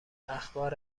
اخبار